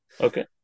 Okay